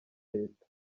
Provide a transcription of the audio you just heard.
leta